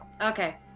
Okay